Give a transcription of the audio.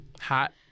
Hot